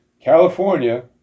California